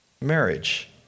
marriage